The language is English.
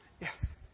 Yes